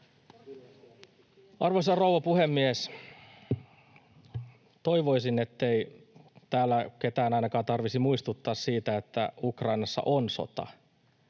Arvoisa rouva puhemies! Toivoisin, ettei täällä ketään ainakaan tarvitsisi muistuttaa siitä, että Ukrainassa on sota.